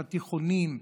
בתיכונים,